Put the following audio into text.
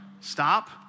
Stop